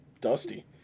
Dusty